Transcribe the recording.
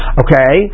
okay